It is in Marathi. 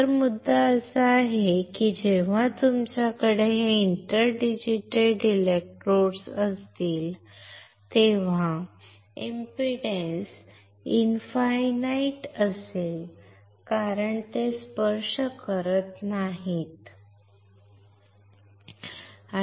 तर मुद्दा असा आहे की जेव्हा तुमच्याकडे हे इंटर डिजिटेटेड इलेक्ट्रोड्स असतील तेव्हा इंपीडन्स इनफायनाईट असेल कारण ते स्पर्श करत नाहीत ते स्पर्श करत नाहीत ठीक आहे